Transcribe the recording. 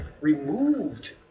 removed